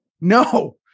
no